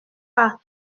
pas